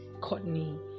Courtney